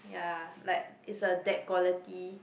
ya like it's a dad quality